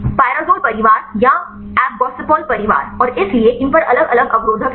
Pyrazole परिवार या appgossypol परिवार और इसलिए इन पर अलग अलग अवरोधक हैं